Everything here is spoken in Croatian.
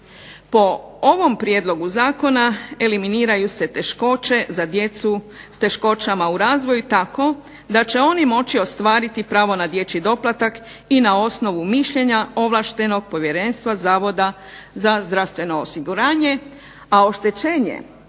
Po ovom prijedlogu zakona eliminiraju se teškoće za djecu s teškoćama u razvoju tako da će oni moći ostvariti pravo na dječji doplatak, i na osnovu mišljenja ovlaštenog povjerenstva Zavoda za zdravstveno osiguranje, a oštećenje